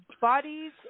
bodies